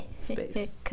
Space